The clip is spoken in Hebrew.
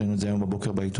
ראינו את זה הבוקר בעיתונים,